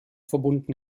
verbunden